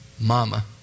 Mama